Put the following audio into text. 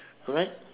correct